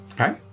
Okay